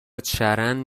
چرند